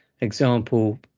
example